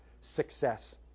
success